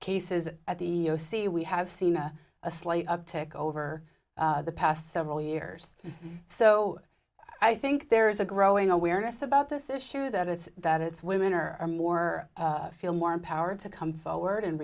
cases at the see we have seen a slight uptick over the past several years so i think there is a growing awareness about this issue that it's that it's women are more feel more empowered to come forward and